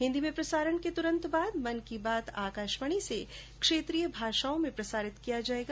हिंदी में प्रसारण के तुरंत बाद मन की बात आकाशवाणी से क्षेत्रीय भाषाओं में प्रसारित किया जाएगा